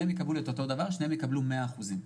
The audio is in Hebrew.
שניהם יקבלו מאה אחוזים.